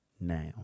now